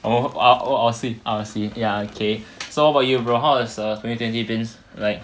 oh I'll see I'll see okay so how about you bro how has err twenty twenty been like